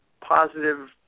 positive